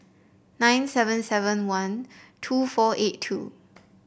nine seven seven one two four eight two